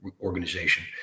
organization